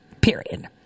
period